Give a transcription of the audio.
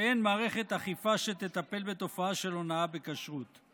ואין מערכת אכיפה שתטפל בתופעה של הונאה בכשרות.